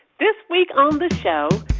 this week on the show,